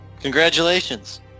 Congratulations